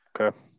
Okay